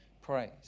praise